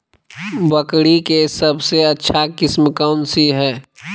बकरी के सबसे अच्छा किस्म कौन सी है?